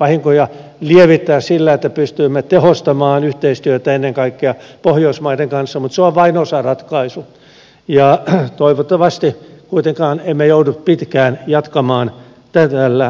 vahinkoja lievittää sillä että pystymme tehostamaan yhteistyötä ennen kaikkea pohjoismaiden kanssa mutta se on vain osaratkaisu ja toivottavasti emme kuitenkaan joudu pitkään jatkamaan tällä linjalla